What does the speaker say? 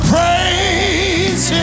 Praise